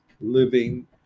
living